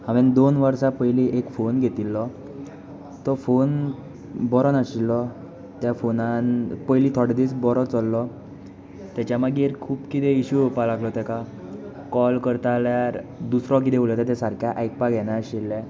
हांवें दोन वर्सां पयलीं एक फोन घेतिल्लो तो फोन बरो नाशिल्लो त्या फोनान पयली थोडे दीस बरो चल्लो ताच्या मागीर खूब किरें इशू येवपाक लागलो ताका कॉल करता जाल्यार दुसरो किदें उलयता तें सारकें आयकपाक येना आशिल्लें